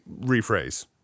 rephrase